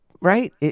right